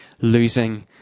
losing